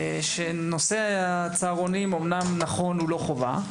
אמנם נכון שנושא הצהרונים הוא לא חובה,